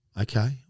Okay